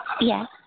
Yes